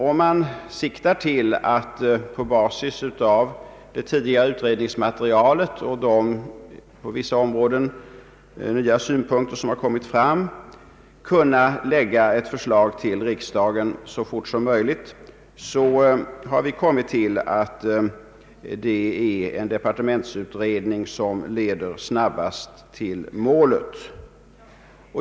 Om man siktar till att på basis av det tidigare utredningsmaterialet och de på vissa områden nya synpunkter som kommit fram kunna framlägga ett förslag för riksdagen så fort som möjligt, är det enligt vårt bedömande en departementsutredning som snabbast leder till målet.